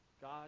God